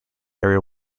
area